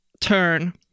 turn